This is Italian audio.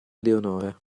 leonora